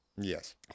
Yes